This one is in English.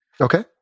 Okay